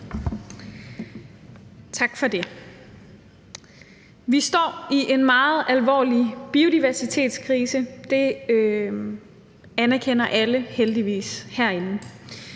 Tak for det. Vi står i en meget alvorlig biodiversitetskrise, det anerkender alle herinde